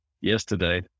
yesterday